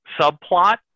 subplot